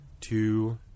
two